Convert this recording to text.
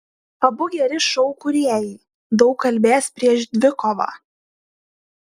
abu geri šou kūrėjai daug kalbės prieš dvikovą